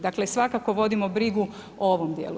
Dakle, svakako vodimo brigu o ovom dijelu.